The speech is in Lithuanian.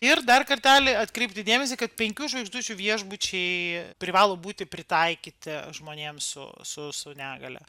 ir dar kartelį atkreipti dėmesį kad penkių žvaigždučių viešbučiai privalo būti pritaikyti žmonėm su su su negalia